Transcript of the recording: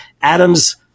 Adams